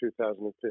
2015